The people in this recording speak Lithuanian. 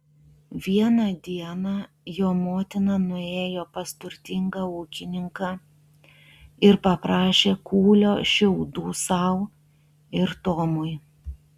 vieną dieną jo motina nuėjo pas turtingą ūkininką ir paprašė kūlio šiaudų sau ir tomui